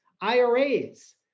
IRAs